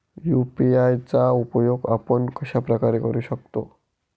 UPI चा उपयोग आपण कशाप्रकारे करु शकतो?